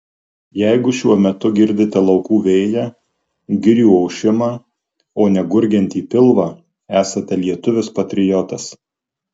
jeigu šiuo metu girdite laukų vėją girių ošimą o ne gurgiantį pilvą esate lietuvis patriotas